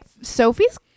Sophie's